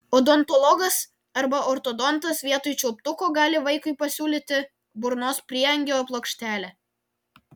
odontologas arba ortodontas vietoj čiulptuko gali vaikui pasiūlyti burnos prieangio plokštelę